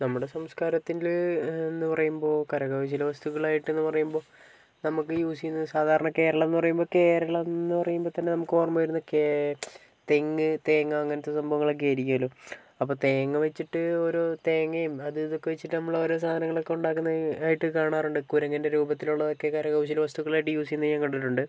നമ്മുടെ സംസ്ക്കാരത്തിൽ എന്ന് പറയുമ്പോൾ കരകൗശല വസ്തുക്കളായിട്ടെന്ന് പറയുമ്പോൾ നമുക്ക് യൂസ് ചെയ്യുന്ന സാധാരണ കേരളം എന്ന് പറയുമ്പോൾ കേരളം എന്ന് പറയുമ്പോൾത്തന്നെ നമുക്ക് ഓർമ്മ വരുന്നത് തെങ്ങ് തേങ്ങ അങ്ങനത്തെ സംഭവങ്ങളൊക്കെ ആയിരിക്കുമല്ലോ അപ്പോൾ തേങ്ങ വച്ചിട്ട് ഓരോ തേങ്ങയും അതു ഇതൊക്കെ വച്ചിട്ട് നമ്മളോരോ സാധനങ്ങളൊക്കെ ഉണ്ടാക്കുന്നതായിട്ട് കാണാറുണ്ട് കുരങ്ങൻ്റെ രൂപത്തിലുള്ളതൊക്കെ കരകൗശല വസ്തുക്കളായിട്ട് യൂസ് ചെയ്യുന്നത് ഞാൻ കണ്ടിട്ടുണ്ട്